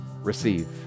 Receive